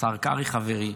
השר קרעי, חברי.